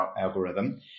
algorithm